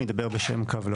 אני אדבר בשם קו לעובד.